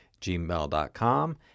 gmail.com